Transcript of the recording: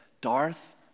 Darth